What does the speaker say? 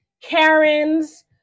Karens